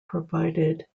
provided